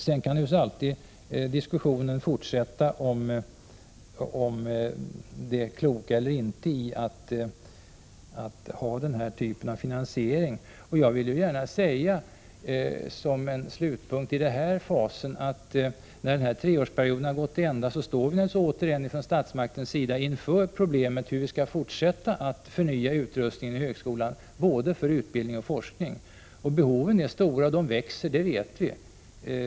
Sedan kan naturligtvis diskussionen alltid fortsätta om det kloka eller inte kloka i att ha den här typen av finansiering. Jag vill gärna som en slutpunkt i den här fasen säga att när den här treårsperioden har gått till ända står naturligtvis statsmakterna inför problemet hur utrustningen skall förnyas i högskolan i fråga om både utbildning och forskning. Vi vet att behoven är stora och att de växer.